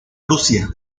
prusia